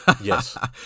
Yes